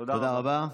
תודה רבה.